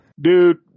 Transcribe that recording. Dude